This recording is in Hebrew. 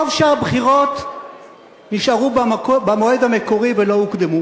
טוב שהבחירות נשארו במועד המקורי ולא הוקדמו.